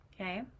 okay